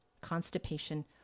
constipation